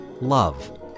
Love